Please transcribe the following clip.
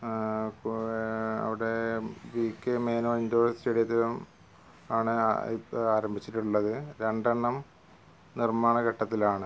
അപ്പോൾ അവിടെ V K Menon indoor സ്റ്റേഡിയത്തിലും ആണ് ഇപ്പോൾ ആരംഭിച്ചിട്ടുള്ളത് രണ്ടെണ്ണം നിർമ്മാണ ഘട്ടത്തിലാണ്